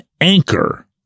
anchor